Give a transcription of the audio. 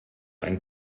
ein